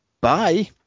Bye